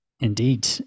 Indeed